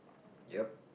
ya